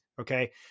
Okay